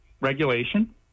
regulation